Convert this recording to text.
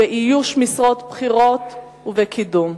באיוש משרות בכירות ובקידום.